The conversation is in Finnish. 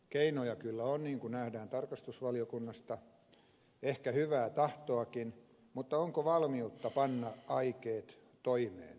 keinoja kyllä on niin kuin nähdään tarkastusvaliokunnasta ehkä hyvää tahtoakin mutta onko valmiutta panna aikeet toimeen